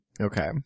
Okay